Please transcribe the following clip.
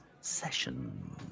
Session